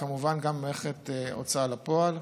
וכמובן גם ממערכת ההוצאה לפועל.